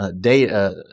data